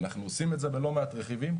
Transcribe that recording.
אנחנו עושים את זה בלא מעט רכיבים,